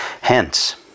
Hence